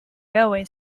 railway